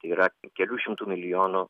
yra kelių šimtų milijonų